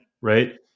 right